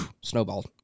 snowballed